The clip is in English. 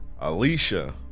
Alicia